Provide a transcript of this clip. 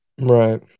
Right